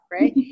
right